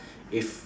if